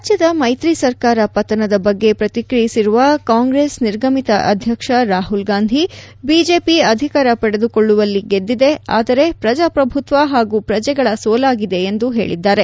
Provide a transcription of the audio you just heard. ರಾಜ್ಯದ ಮೈತ್ರಿ ಸರ್ಕಾರ ಪತನದ ಬಗ್ಗೆ ಪ್ರತಿಕ್ರಿಯಿಸಿರುವ ಕಾಂಗ್ರೆಸ್ ನಿರ್ಗಮಿತ ಅಧ್ಯಕ್ಷ ರಾಹುಲ್ ಗಾಂಧಿ ಬಿಜೆಪಿ ಅಧಿಕಾರ ಪಡೆದುಕೊಳ್ಳುವಲ್ಲಿ ಗೆದಿದ್ದೆ ಆದರೆ ಪ್ರಜಾಪ್ರಭುತ್ವ ಹಾಗೂ ಪ್ರಜೆಗಳ ಸೋಲಾಗಿದೆ ಎಂದು ಹೇಳಿದ್ದಾರೆ